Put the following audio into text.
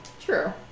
True